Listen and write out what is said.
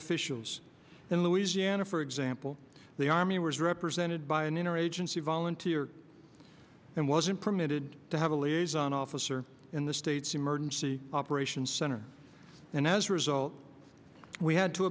officials in louisiana for example the army was represented by an interagency volunteer and wasn't permitted to have a liaison officer in the state's emergency operations center and as a result we had to